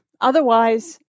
otherwise